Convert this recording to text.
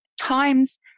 Times